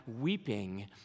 weeping